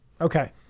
Okay